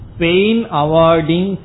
pain-awarding